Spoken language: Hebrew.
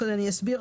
אני אסביר.